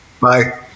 Bye